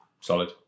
Solid